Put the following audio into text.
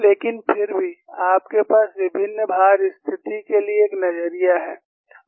लेकिन फिर भी आपके पास विभिन्न भार स्थिति के लिए एक नजरिया है